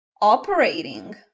operating